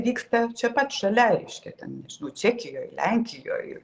vyksta čia pat šalia reiškia ten nežinau čekijoj lenkijoj